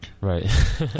Right